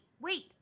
wait